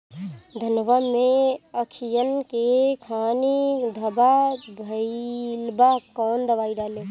धनवा मै अखियन के खानि धबा भयीलबा कौन दवाई डाले?